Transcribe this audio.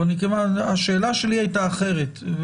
אבל השאלה שלי הייתה אחרת.